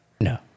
No